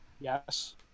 Yes